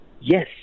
Yes